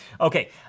okay